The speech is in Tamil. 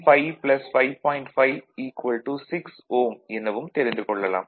5 6 Ω எனவும் தெரிந்து கொள்ளலாம்